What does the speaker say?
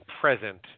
present